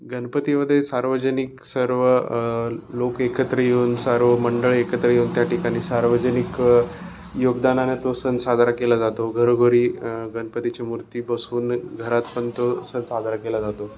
गणपतीमध्ये सार्वजनिक सर्व लोक एकत्र येऊन सर्व मंडळ एकत्र येऊन त्याठिकाणी सार्वजनिक योगदानाने तो सण साजरा केला जातो घरोघरी गणपतीची मूर्ती बसून घरात पण तो सण साजरा केला जातो